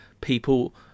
People